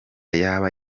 yaba